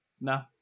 No